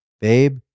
babe